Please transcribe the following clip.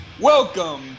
Welcome